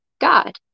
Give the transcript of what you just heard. God